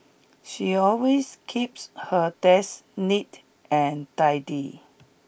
she always keeps her desk neat and tidy